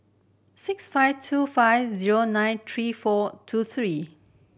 six five two five zero nine three four two three